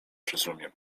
rozumiem